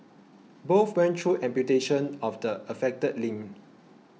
both went through amputation of the affected limb